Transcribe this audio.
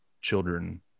children